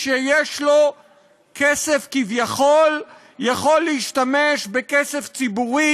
שיש לו כסף כביכול יכול להשתמש בכסף ציבורי,